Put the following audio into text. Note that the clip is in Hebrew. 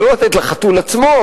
לא לתת לחתול עצמו,